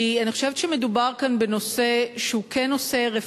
כי אני חושבת שמדובר כאן בנושא שהוא כן רפואי,